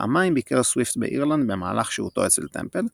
פעמיים ביקר סוויפט באירלנד במהלך שהותו אצל טמפל,